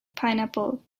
pineapple